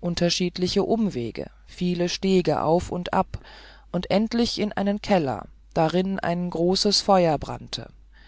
unterschiedliche umwege viel stegen auf und ab und endlich in einen keller darin ein großes feur brannte